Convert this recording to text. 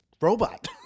robot